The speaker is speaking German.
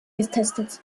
getestet